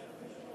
מוותר.